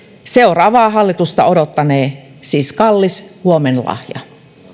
seuraavaa hallitusta odottanee siis kallis huomenlahja